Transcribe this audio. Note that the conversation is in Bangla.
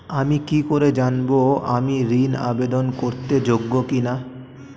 আমি কি করে জানব আমি ঋন আবেদন করতে যোগ্য কি না?